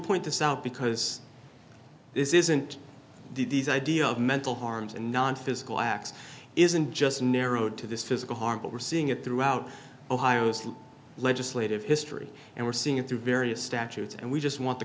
point this out because this isn't these idea of mental harms and nonphysical acts isn't just narrowed to this physical harm but we're seeing it throughout ohio's legislative history and we're seeing it through various statutes and we just want the